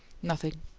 nothing.